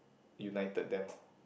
united them